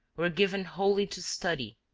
were given wholly to study,